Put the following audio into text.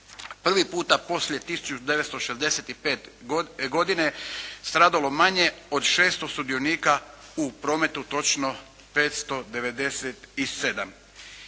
prvi puta poslije 1965. godine stradalo manje od 600 sudionika u prometu, točno 597.